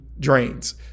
Drains